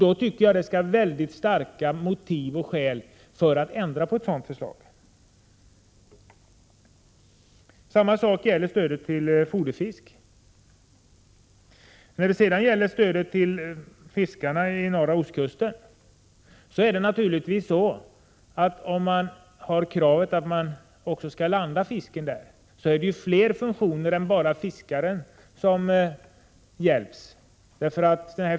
Då tycker jag det skall vara mycket starka motiv och skäl för att ändra förslaget. Samma sak gäller stödet till foderfisk. När det sedan gäller stödet till fiskarna vid norra ostkusten är det naturligtvis så att om man har kravet att fisken också skall landas där, når man fler funktioner än bara att hjälpa fiskaren.